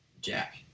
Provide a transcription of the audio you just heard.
Jack